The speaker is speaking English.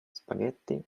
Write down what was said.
spaghetti